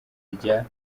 rya